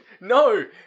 no